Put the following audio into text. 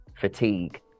fatigue